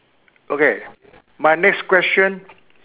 okay my next question